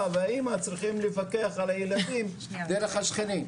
ואמא צריכים לפקח על הילדים דרך השכנים.